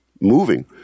moving